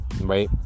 right